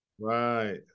Right